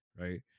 right